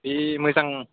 जि मोजां